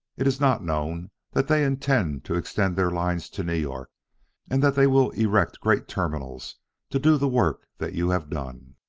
it is not known that they intend to extend their lines to new york and that they will erect great terminals to do the work that you have done.